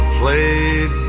played